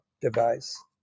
device